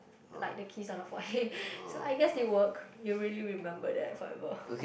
and like the kiss on the forehead so I guess it worked it really remember that forever